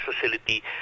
facility